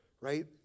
right